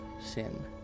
sin